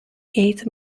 eight